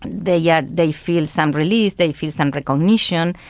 they yeah they feel some relief, they feel some recognition,